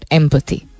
empathy